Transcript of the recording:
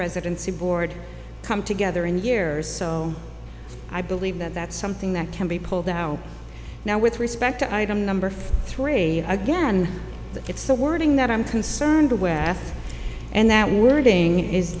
residency board come together in years so i believe that that's something that can be pulled out now with respect to item number three again it's the wording that i'm concerned aware and that wording is